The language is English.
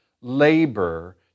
labor